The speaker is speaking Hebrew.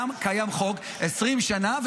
20 שנה,